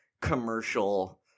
commercial